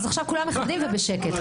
עכשיו כולם מכבדים ובשקט.